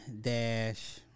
Dash